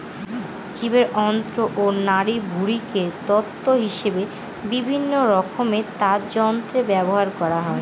জীবের অন্ত্র ও নাড়িভুঁড়িকে তন্তু হিসেবে বিভিন্নরকমের তারযন্ত্রে ব্যবহার করা হয়